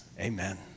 Amen